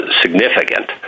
significant